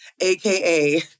AKA